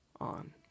on